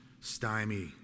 stymie